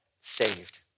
Saved